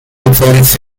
profiles